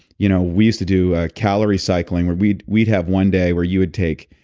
you know we used to do a calorie cycling where we'd we'd have one day where you would take,